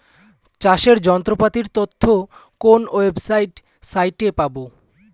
চাষের যন্ত্রপাতির তথ্য কোন ওয়েবসাইট সাইটে পাব?